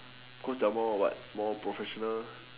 cause they're more what more professional